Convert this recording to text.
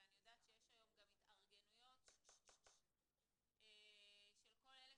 ואני יודעת שיש היום גם התארגנויות של כל אלה